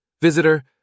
Visitor